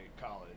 college